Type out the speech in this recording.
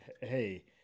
hey